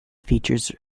features